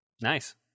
Nice